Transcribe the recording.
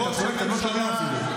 אתה צועק, אתה לא שומע אפילו.